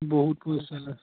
বহুত পইচা যায়